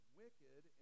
wicked